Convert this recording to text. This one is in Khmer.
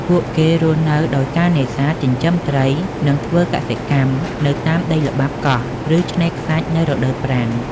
ពួកគេរស់នៅដោយការនេសាទ ចិញ្ចឹមត្រី និងធ្វើកសិកម្មនៅតាមដីល្បាប់កោះ ឬឆ្នេរខ្សាច់នៅរដូវប្រាំង។